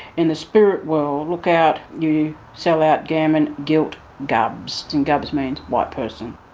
in the spirit world look out you sell-out gammon guilt gubbs. and gubbs means white person.